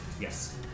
Yes